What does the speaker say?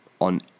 on